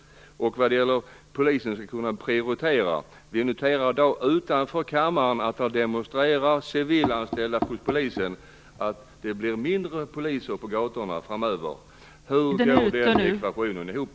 Vi kan notera att det i dag demonstrerar civilanställda poliser utanför Riksdagshuset. Det kommer att bli färre poliser på gatorna framöver. Hur går detta ihop?